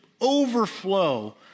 overflow